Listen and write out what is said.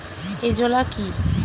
Azolla কি?